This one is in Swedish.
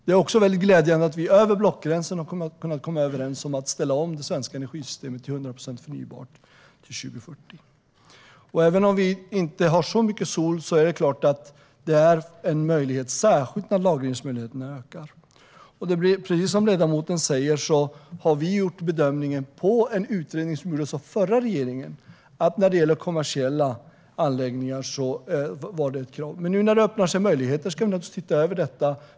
Det är också glädjande att vi över blockgränserna har kunnat komma överens om att ställa om det svenska energisystemet till 100 procent förnybart till 2040. Även om vi inte har så mycket sol är det såklart en möjlighet, särskilt när lagringsmöjligheterna ökar. Precis som ledamoten säger gjorde vi bedömningen utifrån en utredning som gjordes av förra regeringen att skatten var ett krav när det gäller kommersiella anläggningar. Men när det nu öppnar sig möjligheter ska vi givetvis titta över det.